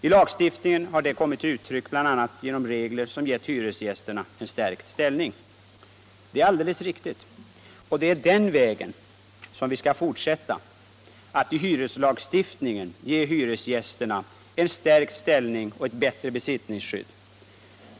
I lagstiftningen har det kommit till uttryck bl.a. i regler som gett hyresgästerna en starkare ställning. Det är på den vägen vi skall fortsätta, dvs. att genom hyreslagstiftningen ge hyresgästerna en starkare ställning och ett bättre besittningsskydd.